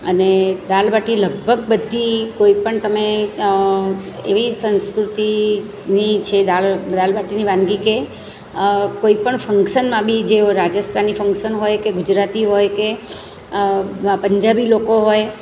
અને દાલબાટી લગભગ બધી કોઈ પણ તમે એવી સંસ્કૃતિની જે દાળ દાલબાટીની વાનગી કે કોઈ પણ ફંકસનમાં બી જેઓ રાજસ્થાની ફંકસન હોય કે ગુજરાતી હોય કે પંજાબી લોકો હોય